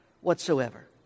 whatsoever